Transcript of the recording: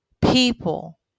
people